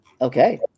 Okay